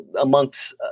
Amongst